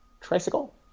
tricycle